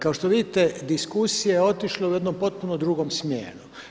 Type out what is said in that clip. Kao što vidite diskusija je otišla u jednom potpuno drugom smjeru.